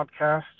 podcast